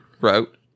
wrote